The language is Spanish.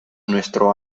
nuestro